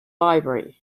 library